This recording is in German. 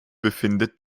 befindet